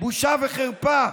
בושה וחרפה.